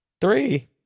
Three